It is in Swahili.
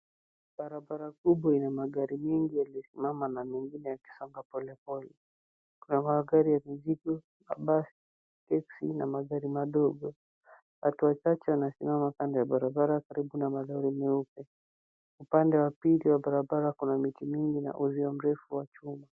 Barabara kubwa yenye magari mengi yaliyosimamana mengine yakisonga pole pole. Kuna magari ya kijivu, mabasi, voksi, na magari madogo. Watu wachache wanasimama kando ya barabara karibu na magari meupe. Upande wa pili wa barabara kuna miti mingi na uzio wa chuma.